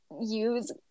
use